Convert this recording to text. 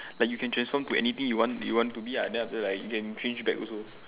but you can transform to anything you want you want to be ah then after like you can change back also